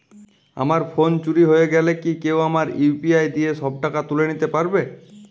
আমার ফোন চুরি হয়ে গেলে কি কেউ আমার ইউ.পি.আই দিয়ে সব টাকা তুলে নিতে পারবে?